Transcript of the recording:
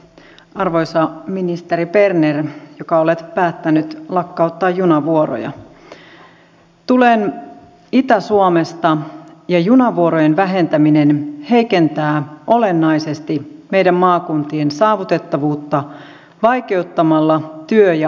arvoisa ministeri berner joka olet päättänyt lakkauttaa junavuoroja tulen itä suomesta ja junavuorojen vähentäminen heikentää olennaisesti meidän maakuntien saavutettavuutta vaikeuttamalla työ ja asiointimatkoja